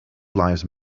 lies